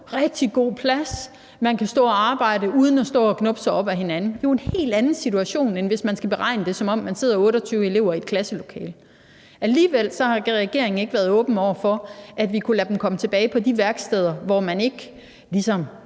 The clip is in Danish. rigtig god plads, og man kan stå og arbejde uden at stå og gnubbe sig op ad hinanden. Det er jo en helt anden situation, end hvis man skal beregne det, som om man sidder 28 elever i et klasselokale. Alligevel har regeringen ikke været åben over for, at vi kunne lade dem komme tilbage på de værksteder, der ikke ligner